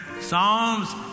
psalms